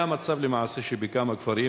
למעשה זה המצב שקיים בכמה כפרים.